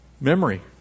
memory